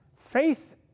Faith